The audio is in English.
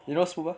you know smoo bar